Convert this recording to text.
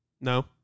no